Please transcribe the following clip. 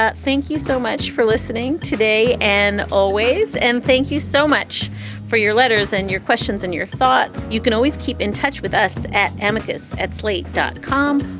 thank you so much for listening today and always. and thank you so much for your letters and your questions and your thoughts. you can always keep in touch with us at amicus, at slate, dot com,